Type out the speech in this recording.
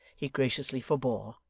he graciously forbore,